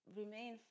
remain